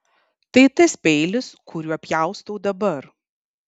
tai tas peilis kuriuo pjaustau dabar